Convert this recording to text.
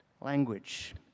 language